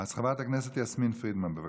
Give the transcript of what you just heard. אז חברת הכנסת יסמין פרידמן, בבקשה.